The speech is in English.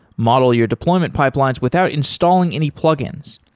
model your deployment pipelines without installing any plugins.